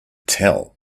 tell